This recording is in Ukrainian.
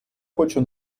хочу